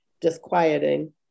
disquieting